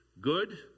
good